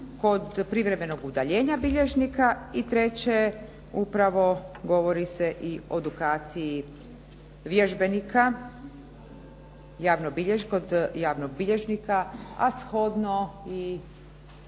kod privremenog udaljenja bilježnika. I treće, upravo govori se i o edukaciji vježbenika kod javnog bilježnika a shodno i